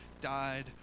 died